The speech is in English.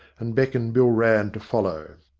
and beckoned bill rann to follow.